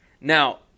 Now